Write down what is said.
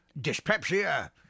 dyspepsia